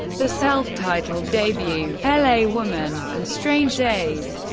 the self-titled debut, l a. woman, and strange days,